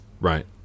Right